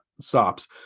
stops